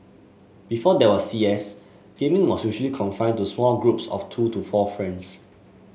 before there was C S gaming was usually confined to small groups of two to four friends